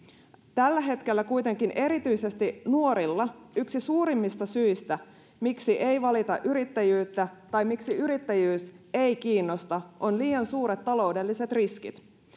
tällä hetkellä kuitenkin erityisesti nuorilla yksi suurimmista syistä miksi ei valita yrittäjyyttä tai miksi yrittäjyys ei kiinnosta on liian suuret taloudelliset riskit